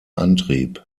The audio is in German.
antrieb